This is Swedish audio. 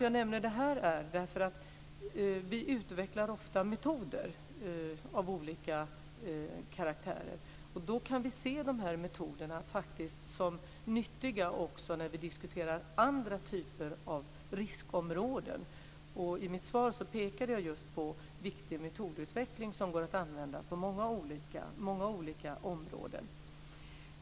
Jag nämner detta därför att vi ofta utvecklar metoder av olika karaktärer. Vi kan se de metoderna som nyttiga också när vi diskuterar andra typer av riskområden. I mitt svar pekar jag just på viktig metodutveckling som går att använda på många olika områden.